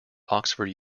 oxford